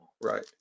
Right